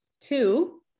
Two